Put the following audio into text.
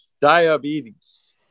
diabetes